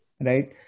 right